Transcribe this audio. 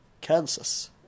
Kansas